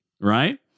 right